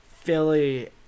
Philly